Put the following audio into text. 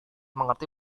mengerti